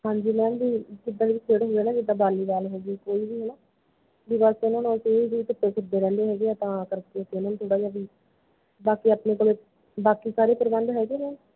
ਹਾਂਜੀ ਮੈਮ ਵੀ ਜਿੱਦਾਂ ਵੀ ਖੇਡ ਹੁੰਦੀਆਂ ਨਾ ਵੀ ਜਿੱਦਾਂ ਵਾਲੀਬਾਲ ਹੋ ਗਈ ਕੋਈ ਵੀ ਹੈ ਨਾ ਵੀ ਬਸ ਉਹਨਾਂ ਨੂੰ ਅਸੀਂ ਇਹ ਵੀ ਧੁੱਪੇ ਫਿਰਦੇ ਰਹਿੰਦੇ ਹੈਗੇ ਆ ਤਾਂ ਕਰਕੇ ਇਹਨਾਂ ਨੂੰ ਥੋੜ੍ਹਾ ਜਿਹਾ ਵੀ ਬਾਕੀ ਆਪਣੇ ਕੋਲ ਬਾਕੀ ਸਾਰੇ ਪ੍ਰਬੰਧ ਹੈਗੇ ਨੇ